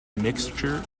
mixture